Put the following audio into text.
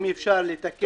אם אפשר לתקן את החוק.